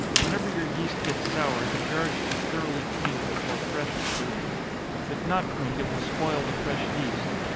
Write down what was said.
whenever your yeast gets sour, the jar should be thoroughly cleaned before fresh is put in if not cleaned, it will spoil the fresh yeast.